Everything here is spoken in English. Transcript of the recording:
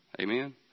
amen